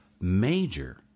major